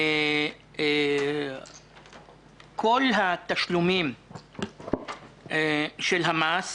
כל התשלומים של המס